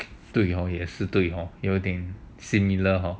对 hor 也是对 hor 有一点 hor